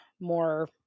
more